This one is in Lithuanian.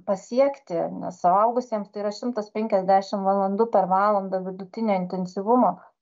pasiekti nes suaugusiems tai yra šimtas penkiasdešim valandų per valandą vidutinio intensyvumo